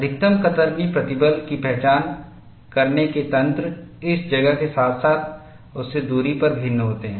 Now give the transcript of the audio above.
अधिकतम कतरनी प्रतिबल की पहचान करने के तंत्र इस जगह के साथ साथ उससे दूरी पर भिन्न होते हैं